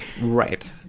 right